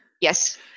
Yes